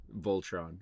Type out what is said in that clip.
Voltron